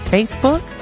Facebook